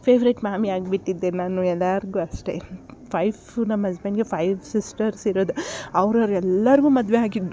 favourite ಮಾಮಿ ಆಗಿಬಿಟ್ಟಿದ್ದೆ ನಾನು ಎಲ್ಲರ್ಗು ಅಷ್ಟೆ ಫೈಫ್ ನಮ್ಮ ಹಸ್ಬೆಂಡ್ಗೆ ಫೈವ್ ಸಿಸ್ಟರ್ಸ್ ಇರೋದು ಅವ್ರವ್ರೆಲ್ಲರಿಗೂ ಮದುವೆ ಆಗಿದ್ದರು